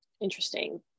interesting